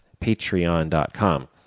patreon.com